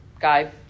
Guy